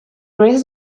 rest